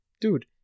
dude